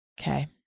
Okay